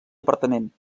apartament